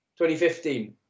2015